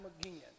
again